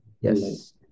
yes